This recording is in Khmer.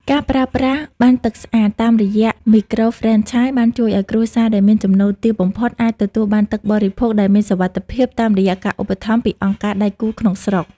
ការប្រើប្រាស់ "ប័ណ្ណទឹកស្អាត" តាមរយៈមីក្រូហ្វ្រេនឆាយ បានជួយឱ្យគ្រួសារដែលមានចំណូលទាបបំផុត អាចទទួលបានទឹកបរិភោគដែលមានសុវត្ថិភាព តាមរយៈការឧបត្ថម្ភពីអង្គការដៃគូក្នុងស្រុក។